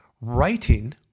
Writing